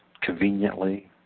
conveniently